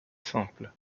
simple